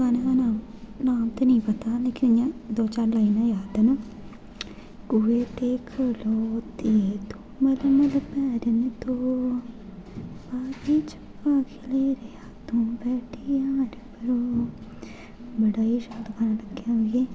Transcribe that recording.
गाने दा नाम ते नेईं पता लेकिन दो चार लाइनां याद न कुऐ ते खलोतिये तू मल मल पैर निं धो बागें चम्बा खिड़ रेहा तू बैठी हार परो बड़ा गै शैल गाना लग्गेआ मिगी